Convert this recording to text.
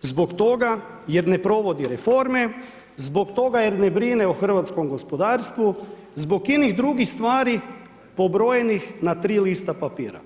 zbog toga jer ne provodi reforme zbog toga jer ne brine o hrvatskom gospodarstvu, zbog drugih stvari pobrojenih na tri lista papira.